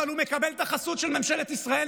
אבל הוא מקבל את החסות של ממשלת ישראל,